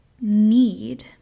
need